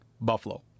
buffalo